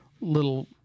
little